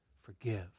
Forgive